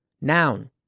noun